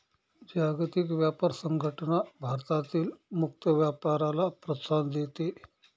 जागतिक व्यापार संघटना जगभरातील मुक्त व्यापाराला प्रोत्साहन देते